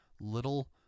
little